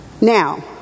Now